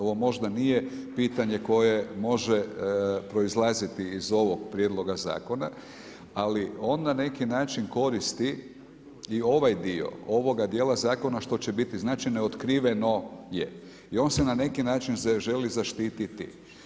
Ovo možda nije pitanje koje može proizlaziti iz ovog prijedloga zakona, ali on na neki način koristi i ovaj dio ovoga dijela zakona što će biti, znači neotkriveno je i on se na neki način želi zaštititi.